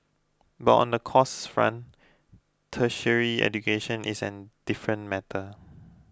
but on the costs front tertiary education is an different matter